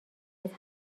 است